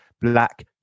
black